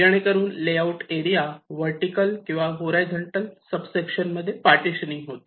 जेणेकरून layout area vertical किंवा horizontal sub section मध्ये पार्टीशनिंग होतो